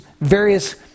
various